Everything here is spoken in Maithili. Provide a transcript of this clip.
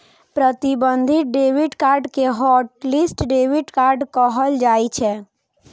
प्रतिबंधित डेबिट कार्ड कें हॉटलिस्ट डेबिट कार्ड कहल जाइ छै